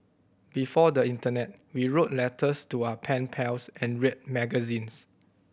before the internet we wrote letters to our pen pals and read magazines